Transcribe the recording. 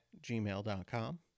gmail.com